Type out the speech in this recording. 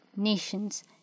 Nations